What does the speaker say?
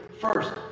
First